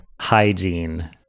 hygiene